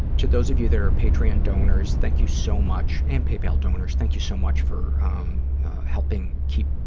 to those of you that are patreon donors, thank you so much, and paypal donors, thank you so much for helping keep,